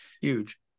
Huge